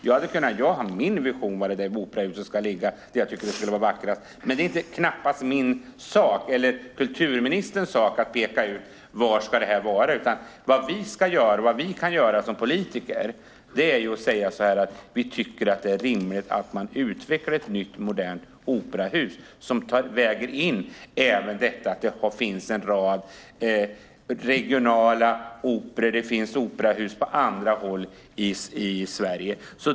Jag hade kunnat ha min vision av var det operahuset skulle ligga, där jag tycker att det skulle vara vackrast. Men det är knappast min eller kulturministerns sak att peka ut var huset ska ligga. Vad vi ska och kan göra som politiker är att säga: Vi tycker att det är rimligt att man utvecklar ett nytt, modernt operahus, där man väger in även detta att det finns en rad regionala operor och att det finns operahus på andra håll i Sverige.